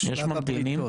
שלב הבריתות.